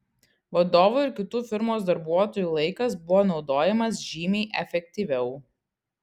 vadovo ir kitų firmos darbuotojų laikas buvo naudojamas žymiai efektyviau